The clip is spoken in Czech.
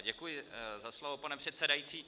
Děkuji za slovo, pane předsedající.